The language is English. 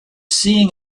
seeing